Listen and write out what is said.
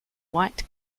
white